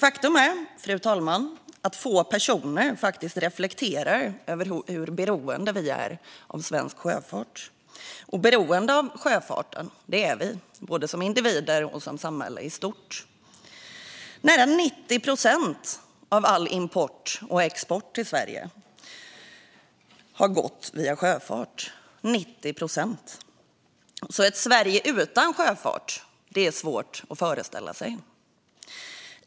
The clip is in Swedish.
Faktum är att få personer reflekterar över hur beroende Sverige är av sjöfart. Men beroende av sjöfart är vi, både som individer och som samhälle i stort. Nära 90 procent av all import och export till och från Sverige går via sjöfart. Ett Sverige utan sjöfart är alltså svårt att föreställa sig.